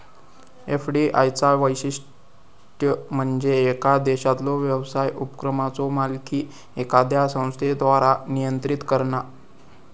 FDI चा वैशिष्ट्य म्हणजे येका देशातलो व्यवसाय उपक्रमाचो मालकी एखाद्या संस्थेद्वारा नियंत्रित करणा